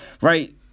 right